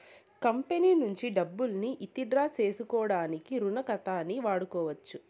company నుంచి డబ్బుల్ని withdraw సేసుకోడానికి రుణ ఖాతాని వాడుకోవచ్చు